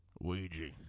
Ouija